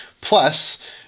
plus